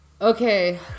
Okay